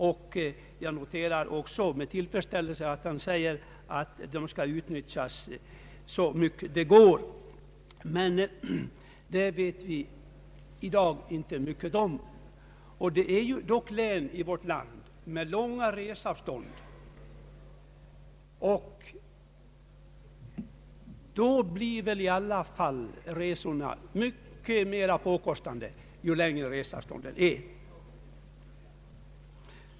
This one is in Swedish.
Jag noterar även med tillfredsställelse att dessa undantag skall få utnyttjas så långt det går, men därom vet vi inte mycket i dag. Det finns dock län i vårt land som har mycket stora avstånd, och resorna blir naturligtvis mycket mer påkostande ju längre avstånden är.